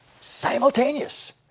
simultaneous